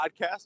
podcast